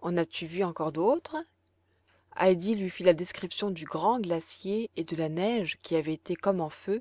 en as-tu vu encore d'autres heidi lui fit la description du grand glacier et de la neige qui avait été comme en feu